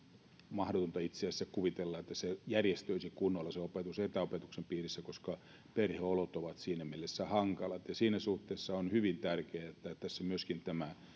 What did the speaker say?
mahdotonta itse asiassa kuvitella että se opetus järjestyisi kunnolla etäopetuksen piirissä koska perheolot ovat siinä mielessä hankalat ja siinä suhteessa on hyvin tärkeää että tässä myöskin tämä